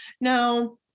now